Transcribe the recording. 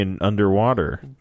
Underwater